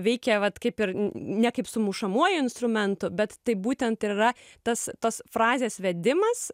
veikė vat kaip ir ne kaip su mušamuoju instrumentu bet taip būtent ir yra tas tos frazės vedimas e